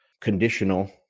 conditional